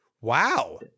Wow